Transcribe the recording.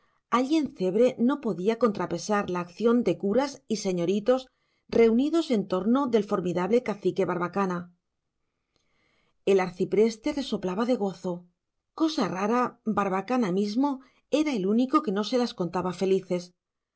en cebre no podía contrapesar la acción de curas y señoritos reunidos en torno del formidable cacique barbacana el arcipreste resoplaba de gozo cosa rara barbacana mismo era el único que no se las contaba felices